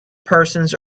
persons